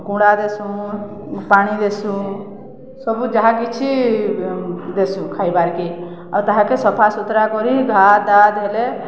କୁଣା ଦେସୁଁ ପାଣି ଦେସୁଁ ସବୁ ଯାହା କିଛି ଦେସୁଁ ଖାଏବାର୍କେ ଆଉ ତାହାକେ ସଫା ସୁୁତୁରା କରି ଘା' ଦାଆ ହେଲେ